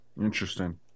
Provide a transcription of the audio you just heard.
Interesting